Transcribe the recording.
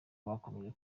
bakomeje